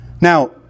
Now